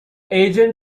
agent